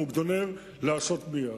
מאוגדונר לעשות מייד.